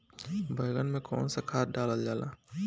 बैंगन में कवन सा खाद डालल जाला?